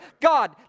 God